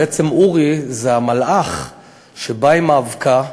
בעצם אורי זה המלאך שבא עם האבקה,